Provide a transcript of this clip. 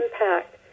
impact